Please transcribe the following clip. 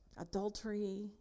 adultery